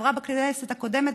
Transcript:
עברה בכנסת הקודמת,